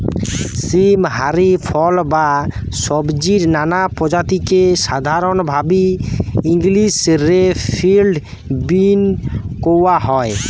সীম হারি ফল বা সব্জির নানা প্রজাতিকে সাধরণভাবি ইংলিশ রে ফিল্ড বীন কওয়া হয়